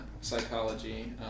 psychology